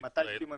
מתי סיום המכרז?